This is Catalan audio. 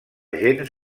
gens